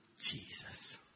Jesus